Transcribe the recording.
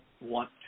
want